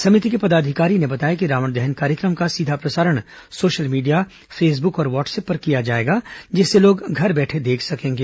समिति के पदाधिकारी ने बताया कि रावण दहन कार्यक्रम का सीधा प्रसारण सोशल मीडिया फेसबुक और व्हाट्सअप पर किया जाएगा जिसे लोग घर बैठे देख सकेंगे